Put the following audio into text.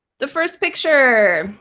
the first picture.